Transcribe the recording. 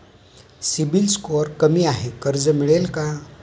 CIBIL score कमी आहे कर्ज मिळेल का?